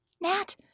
Nat